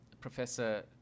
Professor